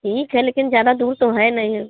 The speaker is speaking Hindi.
ठीक है लेकिन ज़्यादा दूर तो है नहीं